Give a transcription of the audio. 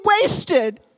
wasted